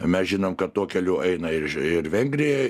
mes žinom kad tuo keliu eina irž ir vengrija